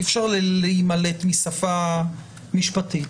אי אפשר להימלט משפה משפטית.